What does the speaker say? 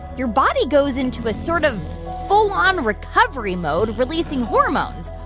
your body goes into a sort of full-on recovery mode, releasing hormones,